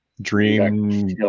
Dream